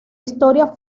historia